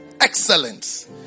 excellence